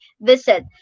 visit